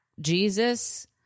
jesus